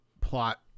plot